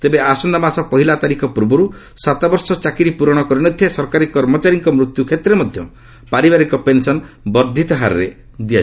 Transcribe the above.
ତେବେ ଆସନ୍ତାମାସ ପହିଲା ତାରିଖ ପୂର୍ବରୁ ସାତ ବର୍ଷ ଚାକିରୀ ପୂରଣ କରିନଥିବା ସରକାରୀ କର୍ମଚାରୀଙ୍କ ମୃତ୍ୟୁ କ୍ଷେତ୍ରରେ ମଧ୍ୟ ପାରିବାରିକ ପେନ୍ସନ୍ ବର୍ଦ୍ଧିତ ହାରରେ ଦିଆଯିବ